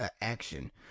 action